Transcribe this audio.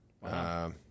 Wow